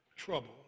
Trouble